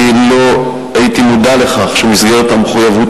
אני לא הייתי מודע לכך שמסגרת המחויבות